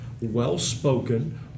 well-spoken